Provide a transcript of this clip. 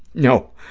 no,